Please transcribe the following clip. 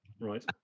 Right